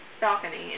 balcony